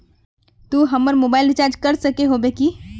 तू हमर mobile recharge कर सके होबे की?